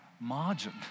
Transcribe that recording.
margin